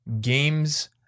games